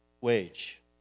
wage